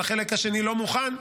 אבל החלק השני לא מוכן.